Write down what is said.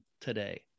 today